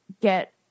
get